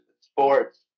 sports